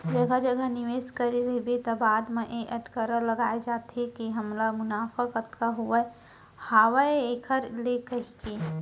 जघा जघा निवेस करे रहिबे त बाद म ए अटकरा लगाय जाथे के हमला मुनाफा कतका होवत हावय ऐखर ले कहिके